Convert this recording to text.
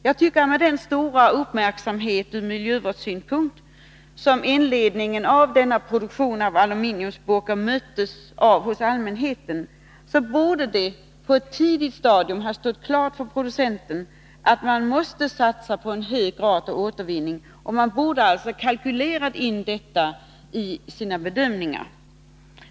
Med tanke på den stora uppmärksamhet ur miljövårdssynpunkt som inledningen av produktionen av aluminiumburkar mött från allmänheten tycker jag att det på ett tidigt stadium borde ha stått klart för producenterna att man måste satsa på en hög grad av återvinning. Man borde alltså ha kalkylerat in detta i sina bedömningar.